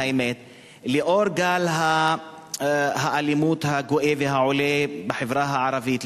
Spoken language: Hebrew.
בעקבות גל האלימות הגואה והעולה בחברה הערבית,